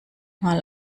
mal